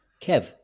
Kev